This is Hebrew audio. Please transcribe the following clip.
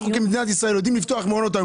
אנחנו כמדינת ישראל יודעים לפתוח מעונות יום,